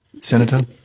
senator